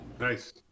Nice